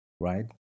right